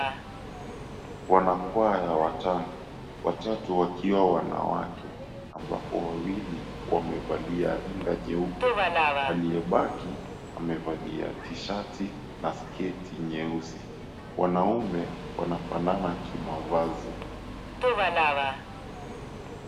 Wanakwaya watano, watatu wakiwa wanawake ambapo wawili wamevalia rinda nyeupe. Aliyebaki amevalia tishati na sketi nyeusi. Wanaume wanafanana kimavazi.